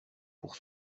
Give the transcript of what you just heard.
pour